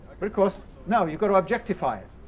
but of course, no, you've got to objectify it,